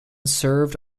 served